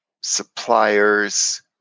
suppliers